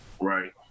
Right